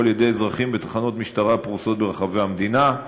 על-ידי אזרחים בתחנות משטרה הפרוסות ברחבי המדינה.